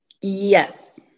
Yes